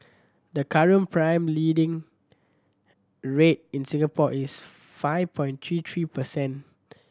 the current prime lending rate in Singapore is five point three three percent